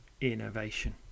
innovation